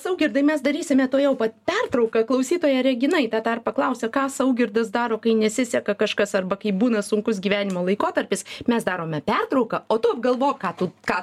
saugirdai mes darysime tuojau pat pertrauką klausytoja regina į tą tarpą klausia ką saugirdas daro kai nesiseka kažkas arba kai būna sunkus gyvenimo laikotarpis mes darome pertrauką o tu apgalvok ką tu ką